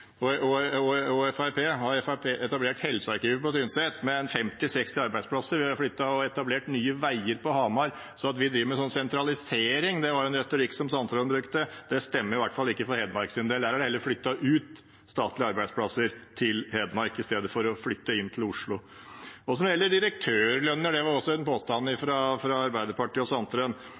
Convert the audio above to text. på Tynset med 50–60 arbeidsplasser. Og vi har etablert Nye Veier på Hamar. Så at vi driver med sentralisering – det var en retorikk som representanten Sandtrøen brukte – stemmer i hvert fall ikke for Hedmarks del. Vi har heller flyttet ut statlige arbeidsplasser til Hedmark i stedet for å flytte dem inn til Oslo. Når det gjelder direktørlønner – det var også en påstand fra Arbeiderpartiet og Sandtrøen